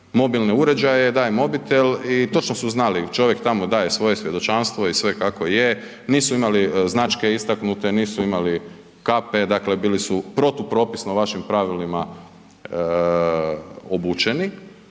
mobilne uređaje, daje mobitel i točno su znali, čovjek tam daje svoje svjedočanstvo i sve kako je, nisu imali značke istaknute, nisu imali kape, dakle bili su protupropisno vašim pravilima obučeni.